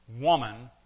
woman